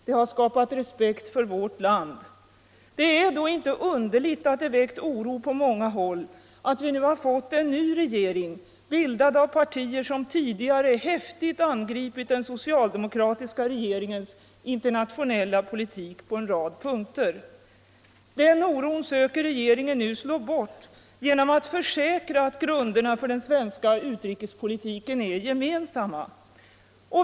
Det har skapat respekt för vårt land. Det är då inte underligt att det väckt oro på många håll att vi nu har fått en ny regering, bildad av partier som tidigare häftigt angripit den socialdemokratiska regeringens internationella politik på en rad punkter. Den oron söker regeringen slå bort genom att försäkra att grunden för den svenska utrikespolitiken är gemensam.